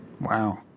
Wow